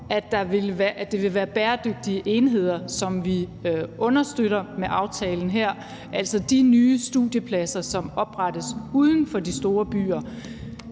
at det vil være bæredygtige enheder, som vi understøtter med aftalen her, altså de nye studiepladser, som oprettes uden for de store byer.